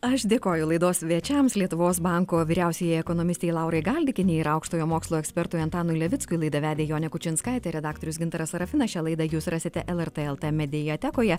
aš dėkoju laidos svečiams lietuvos banko vyriausiajai ekonomistei laurai galdikienei ir aukštojo mokslo ekspertui antanui levickui laidą vedė jonė kučinskaitė redaktorius gintaras sarafinas šią laidą jūs rasite lrt lt mediatekoje